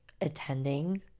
attending